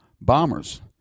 bombers